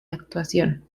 actuación